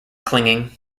clinging